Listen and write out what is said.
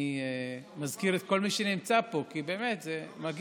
אני מזכיר את כל מי שנמצא פה כי באמת, זה מגיע,